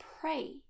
pray